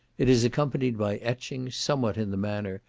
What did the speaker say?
it is accompanied by etchings, somewhat in the manner,